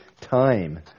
time